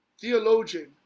Theologian